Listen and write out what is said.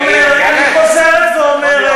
אין מקרים שהשופטים לא מחליטים?